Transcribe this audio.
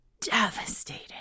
devastating